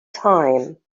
time